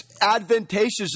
advantageous